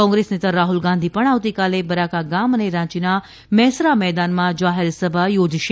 કોંગ્રેસ નેતા રાહ્લ ગાંધી પણ આવતીકાલે બરાકાગામ અને રાંચીના મેસરા મેદાનમાં જાહેર સભા યોજશે